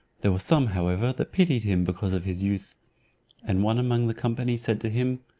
there were some, however, that pitied him because of his youth and one among the company said to him,